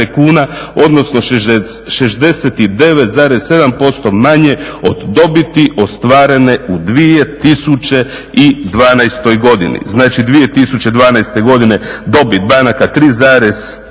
kuna odnosno 69,7% manje od dobiti ostvarene u 2012. godini. Znači, 2012. godine dobit banaka 3,3